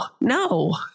No